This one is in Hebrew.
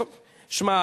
שמע,